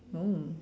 oh